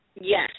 Yes